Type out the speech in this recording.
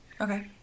Okay